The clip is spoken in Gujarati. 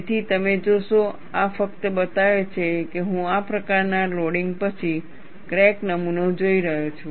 તેથી તમે જોશો આ ફક્ત બતાવે છે કે હું આ પ્રકારના લોડિંગ પછી ક્રેક નમૂનો જોઈ રહ્યો છું